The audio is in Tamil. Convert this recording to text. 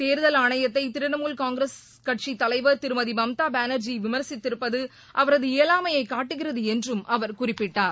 தேர்தல் ஆணையத்தை திரிணாமுல் காங்கிரஸ் தலைவர் திருமதி மம்தா பானர்ஜி விமர்சித்திருப்பது அவரது இயலாமையை காட்டுகிறது என்றும் அவர் குறிப்பிட்டார்